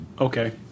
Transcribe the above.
okay